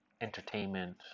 entertainment